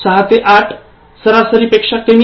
६ ते ८ सरासरी पेक्षा कमी